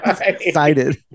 Excited